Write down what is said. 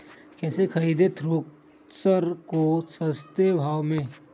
कैसे खरीदे थ्रेसर को सस्ते भाव में?